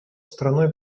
страной